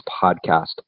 podcast